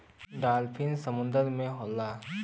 dolphin समुंदर में होला